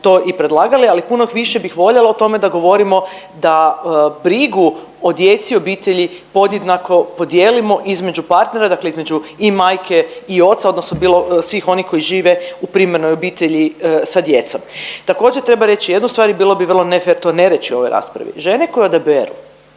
to i predlagali, ali puno više bih voljela o tome da govorimo da brigu o djeci, obitelji podjednako podijelimo između partnera, dakle između i majke i oca, odnosno bilo svih onih koji žive u primarnoj obitelji sa djecom. Također treba reći jednu stvari i bilo bi vrlo ne fer to ne reći u ovoj raspravi. Žene koje odaberu